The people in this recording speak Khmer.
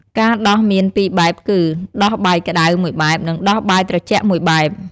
ការដោះមាន ២ បែបគឺ ដោះបាយក្តៅ ១ បែប និងដោះបាយត្រជាក់ ១ បែប។